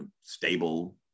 stable